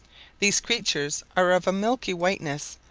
these creatures are of a milky whiteness,